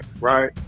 right